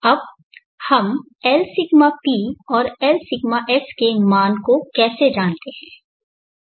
अब हम Lσp और Lσs के मान को कैसे जानते हैं